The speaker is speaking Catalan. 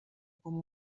com